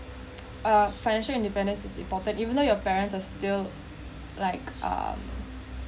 that uh financial independence is important even though your parents are still like um